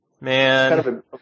Man